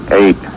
eight